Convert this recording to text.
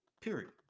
Period